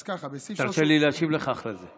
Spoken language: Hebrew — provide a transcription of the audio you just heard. אז ככה, תרשה לי להשיב לך אחרי זה.